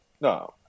No